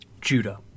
Judah